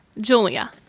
Julia